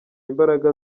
imbaraga